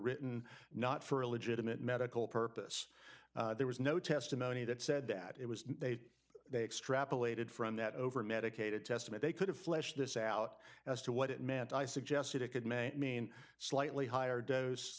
written not for a legitimate medical purpose there was no testimony that said that it was they they extrapolated from that over medicated testament they could have flesh this out as to what it meant i suggested it could may mean slightly higher dos